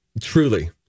Truly